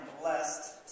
blessed